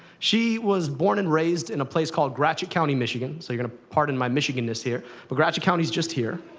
she was born and raised in a place called gratiot county, michigan. so you're going to pardon my michigan-ness here, but gratiot county's just here.